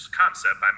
concept